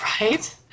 right